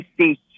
see